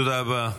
תודה רבה.